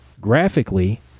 graphically